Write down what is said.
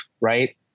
right